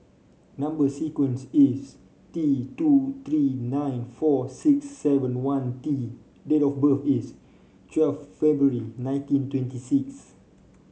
number sequence is T two three nine four six seven one T date of birth is twelve February nineteen twenty six